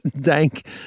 dank